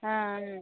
ஆ ஆ